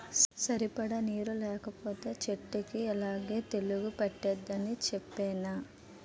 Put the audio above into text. సరిపడా నీరు లేకపోతే సెట్టుకి యిలాగే తెగులు పట్టేద్దని సెప్పేనా?